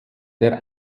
der